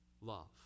love